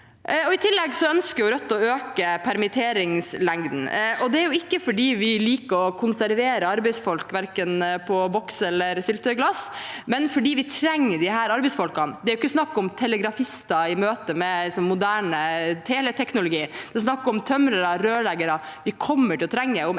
I tillegg ønsker Rødt å øke permitteringsperioden. Det er ikke fordi vi liker å konservere arbeidsfolk, verken på boks eller på syltetøyglass, men fordi vi trenger disse arbeidsfolkene. Det er ikke snakk om telegrafister i møte med moderne teleteknologi, det er snakk om tømrere og rørleggere som vi kommer til å trenge om